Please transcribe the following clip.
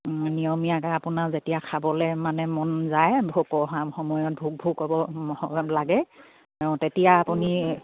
নিয়মীয়াকে আপোনাৰ যেতিয়া খাবলে মানে মন যায় ভোকৰ সময়ত ভোক ভোক হ'ব লাগে তেতিয়া আপুনি